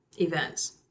events